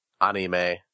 anime